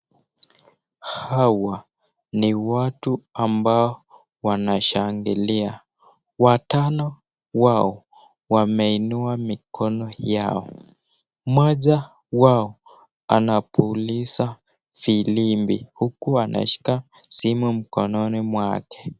Hawa ni watu ambao wanashangilia, watano wao wemeinuwa mikono yao, moja wao anapuliza filimbi huku wanashika simu mikononi mwake.